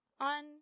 on